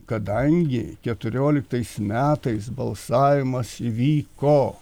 kadangi keturioliktais metais balsavimas įvyko